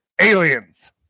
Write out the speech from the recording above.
aliens